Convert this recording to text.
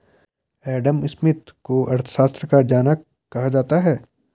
Adam Smith को अर्थशास्त्र का जनक कहा जाता है